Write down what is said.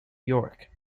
york